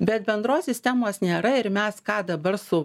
bet bendros sistemos nėra ir mes ką dabar su